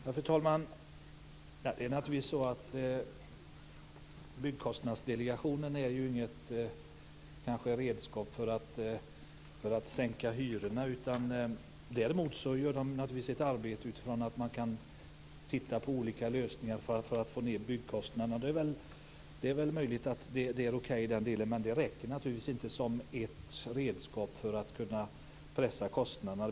Herr talman! Byggkostnadsdelegationen är ju inget redskap för att sänka hyrorna. Däremot gör den ett arbete med att titta på olika lösningar för att få ned byggkostnaderna. Det är möjligt att det är okej i den delen, men det räcker naturligtvis inte som ett redskap för att kunna pressa kostnaderna.